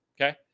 Okay